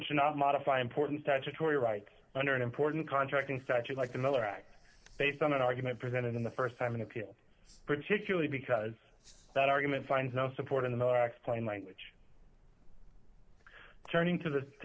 should not modify important statutory rights under an important contracting statute like another act based on an argument presented in the st time an appeal particularly because that argument finds no support in the tax plain language turning to the to